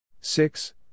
six